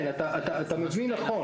אתה מבין נכון,